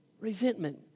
Resentment